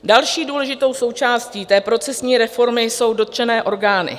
Další důležitou součástí procesní reformy jsou dotčené orgány.